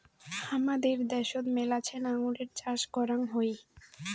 হামাদের দ্যাশোত মেলাছেন আঙুরের চাষ করাং হই